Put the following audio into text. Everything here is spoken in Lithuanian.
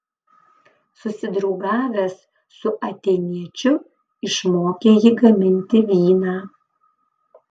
susidraugavęs su atėniečiu išmokė jį gaminti vyną